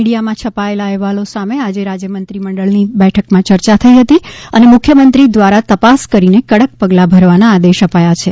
મીડિયામાં છપાયેલા અહેવાલો સામે આજે રાજ્ય મંત્રી મંડળની બેઠકમાં ચર્ચા થઈ હતી અને મુખ્ય મંત્રી દ્વારા તપાસ કરીને કડક પગલાં ભરવાના આદેશ અપાયા છે